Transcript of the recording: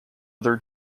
other